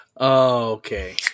Okay